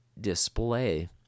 display